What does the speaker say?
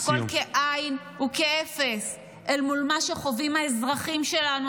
-- הכול כאין וכאפס אל מול מה שחווים האזרחים שלנו,